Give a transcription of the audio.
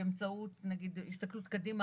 באמצעות נגיד הסתכלות קדימה.